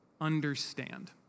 understand